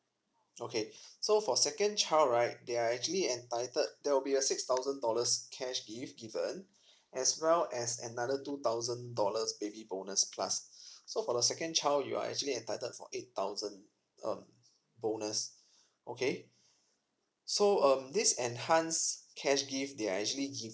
okay so for second child right they are actually entitled there will be a six thousand dollars cash gift given as well as another two thousand dollars baby bonus plus so for the second child you are actually entitled for eight thousand um bonus okay so um this enhanced cash gift they are actually